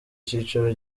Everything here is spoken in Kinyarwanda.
icyicaro